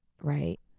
right